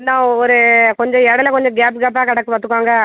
என்ன ஒரு கொஞ்சம் எடையில கொஞ்சம் கேப்பு கேப்பாக கிடக்கு பார்த்துக்கோங்க